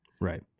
right